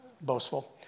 boastful